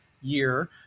year